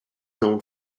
known